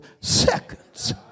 seconds